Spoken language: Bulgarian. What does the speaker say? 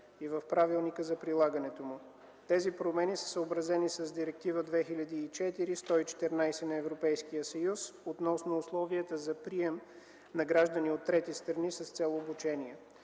и в правилника за прилагането му. Тези промени са съобразени с Директива 2004/114 на Европейския съюз относно условията за прием на граждани от трети страни с цел обучение.